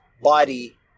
body